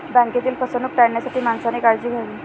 बँकेतील फसवणूक टाळण्यासाठी माणसाने काळजी घ्यावी